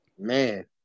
Man